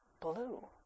blue